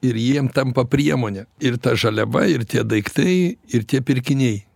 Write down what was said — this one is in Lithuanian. ir jiem tampa priemone ir ta žaliava ir tie daiktai ir tie pirkiniai